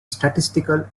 statistical